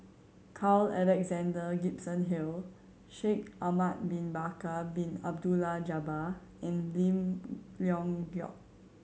Carl Alexander Gibson Hill Shaikh Ahmad Bin Bakar Bin Abdullah Jabbar and Lim Leong Geok